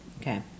Okay